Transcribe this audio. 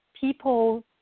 people